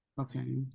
Okay